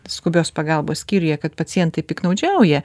skubios pagalbos skyriuje kad pacientai piktnaudžiauja